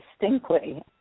distinctly